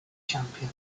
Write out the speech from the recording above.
champion